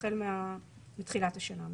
החל מתחילת השנה,